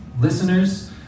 listeners